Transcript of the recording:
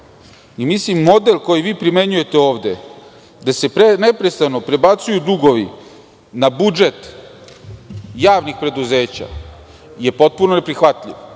govori. Model, koji vi primenjujete ovde, gde se neprestano prebacuju dugovi na budžet javnih preduzeća, je potpuno neprihvatljiv. Oko